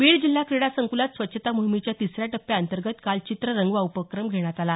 बीड जिल्हा क्रीडा संकुलात स्वच्छता मोहिमेच्या तिसऱ्या टप्प्यांतर्गत काल चित्र रंगवा उपक्रम घेण्यात आला